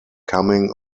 coming